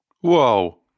Whoa